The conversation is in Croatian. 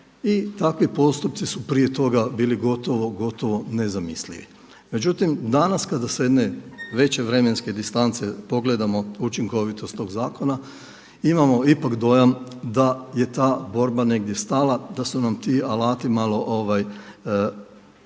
takvu postupci su prije toga bili gotovo nezamislivi. Međutim, danas kada sa jedne vremenske distance pogledamo učinkovitost tog zakona, imamo ipak dojam da je ta borba negdje stala, da su nam ti alati malo tupi što bi